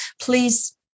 Please